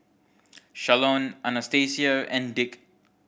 Shalon Anastacia and Dick